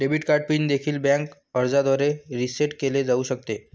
debit card PIN देखील bank अर्जाद्वारे reset केले जाऊ शकते